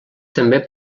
també